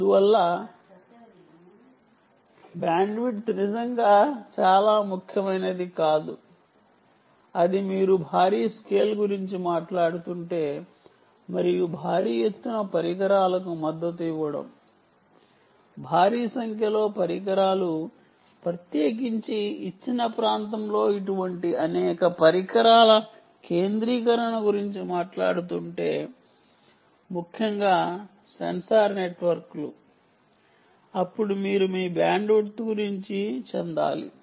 అందువల్ల బ్యాండ్విడ్త్ నిజంగా చాలా ముఖ్యమైనది కాదు కానీ మీరు భారీ స్కేల్ గురించి మాట్లాడుతుంటే మరియు భారీ ఎత్తున పరికరాలకు మద్దతు ఇవ్వడం భారీ సంఖ్యలో పరికరాలు ప్రత్యేకించి ఇచ్చిన ప్రాంతంలో ఇటువంటి అనేక పరికరాల కేంద్రీకరణ గురించి మాట్లాడుతుంటే ముఖ్యంగా సెన్సార్ నెట్వర్క్లు అప్పుడు మీరు మీ బ్యాండ్విడ్త్ గురించి చెందాలి